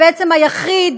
ובעצם היחיד,